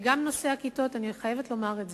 גם נושא הכיתות, אני חייבת לומר את זה: